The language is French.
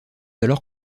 alors